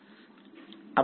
વિદ્યાર્થી આ સારુ છે